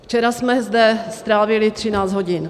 Včera jsme zde strávili 13 hodin.